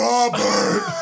Robert